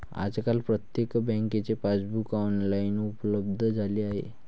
आजकाल प्रत्येक बँकेचे पासबुक ऑनलाइन उपलब्ध झाले आहे